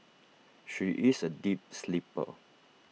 she is A deep sleeper